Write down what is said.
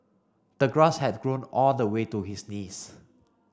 the grass had grown all the way to his knees